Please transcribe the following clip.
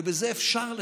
ובזה אפשר לטפל.